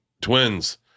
twins